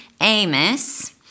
Amos